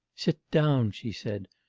sit down she said,